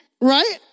Right